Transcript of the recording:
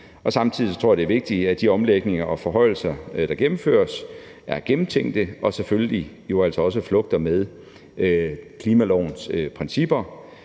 Samtidig tror jeg, det er vigtigt, at de omlægninger og forhøjelser, der gennemføres, er gennemtænkte og selvfølgelig jo altså også flugter med klimalovens principper.